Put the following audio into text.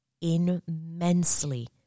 immensely